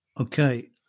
Okay